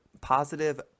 positive